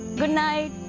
goodnight.